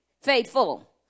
Faithful